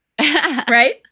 right